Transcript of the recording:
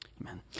Amen